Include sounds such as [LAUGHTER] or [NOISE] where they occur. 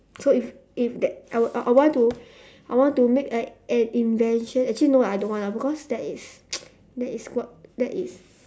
so if if that I want I I want to I want to make like an invention actually no lah I don't want ah because that is [NOISE] that is what that is